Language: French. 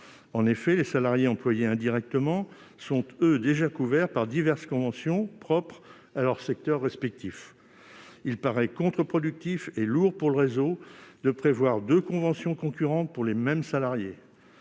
En effet, les salariés employés indirectement sont, pour leur part, déjà couverts par diverses conventions propres à leurs secteurs respectifs. Il paraît contre-productif et lourd pour le réseau de prévoir deux conventions concurrentes pour les mêmes salariés,